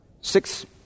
six